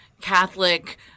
Catholic